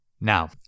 Now